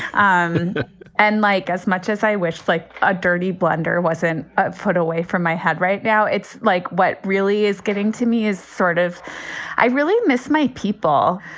um and like as much as i wish. like a dirty blender wasn't a foot away from my head right now. it's like what really is getting to me is sort of i really miss my people.